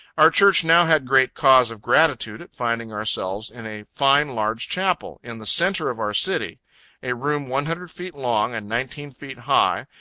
our church now had great cause of gratitude at finding ourselves in a fine large chapel, in the centre of our city a room one hundred feet long, and nineteen feet high,